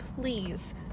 please